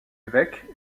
évêque